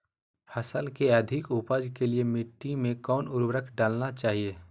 फसल के अधिक उपज के लिए मिट्टी मे कौन उर्वरक डलना चाइए?